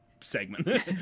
segment